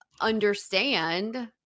understand